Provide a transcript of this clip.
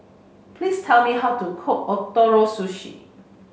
please tell me how to cook Ootoro Sushi